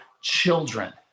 children